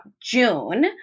June